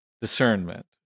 discernment